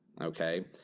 Okay